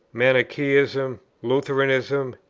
manichaeism, lutheranism,